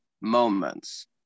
moments